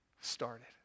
started